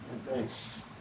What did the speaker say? Thanks